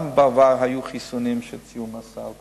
גם בעבר היו חיסונים שהוציאו מהסל,